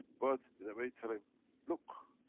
but in a way tell um look,